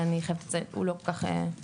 ואני חייבת לציין שהוא לא כל כך השתנה.